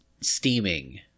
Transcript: steaming